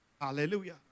Hallelujah